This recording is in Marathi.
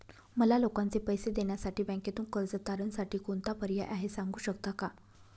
मला लोकांचे पैसे देण्यासाठी बँकेतून कर्ज तारणसाठी कोणता पर्याय आहे? सांगू शकता का?